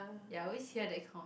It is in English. ya always hear that kind